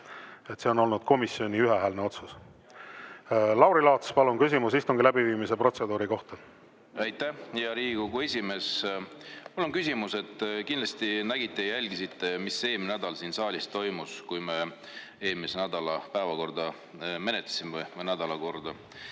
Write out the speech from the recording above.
See on olnud komisjoni ühehäälne otsus. Lauri Laats, palun, küsimus istungi läbiviimise protseduuri kohta! Aitäh, hea Riigikogu esimees! Mul on küsimus selle kohta, et kindlasti te nägite ja jälgisite, mis eelmisel nädalal siin saalis toimus, kui me eelmise nädala päevakorda või nädalakorda